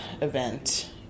event